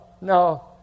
No